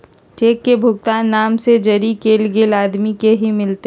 cheque के भुगतान नाम से जरी कैल गेल आदमी के ही मिलते